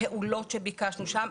פעולות שביקשנו שם.